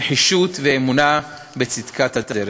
נחישות ואמונה בצדקת הדרך.